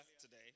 today